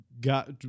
got